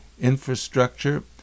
infrastructure